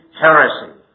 heresy